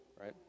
right